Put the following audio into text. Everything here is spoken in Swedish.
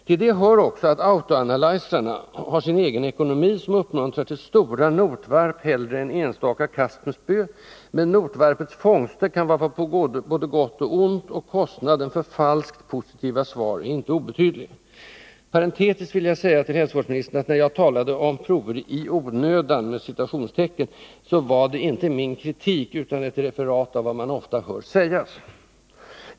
Till detta hör också att ”autoanalyzrarna” har sin egen ekonomi, som uppmuntrar till stora notvarp hellre än till enstaka kast med spö, men notvarpens fångster kan vara på både 17 gott och ont, och kostnaden för falskt positiva svar är inte obetydlig. Parentetiskt vill jag till hälsovårdsministern säga att när jag talade om prov ”i onödan” var det inte ett uttryck för min kritik utan ett referat av vad man ofta hör sägas.